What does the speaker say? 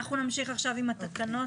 עכשיו נמשיך עם התקנות.